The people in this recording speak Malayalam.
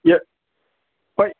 യെ വൈ